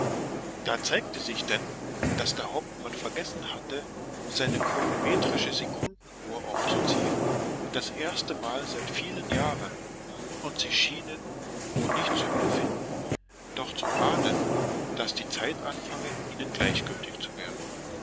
da zeigte sich denn daß der hauptmann vergessen hatte seine chronometrische sekundenuhr aufzuziehen das erstemal seit vielen jahren und sie schienen wo nicht zu empfinden doch zu ahnen daß die zeit anfange ihnen gleichgültig zu werden